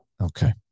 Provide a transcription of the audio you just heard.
Okay